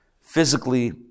physically